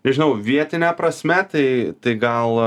nežinau vietine prasme tai tai gal